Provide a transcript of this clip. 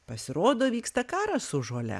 pasirodo vyksta karas su žole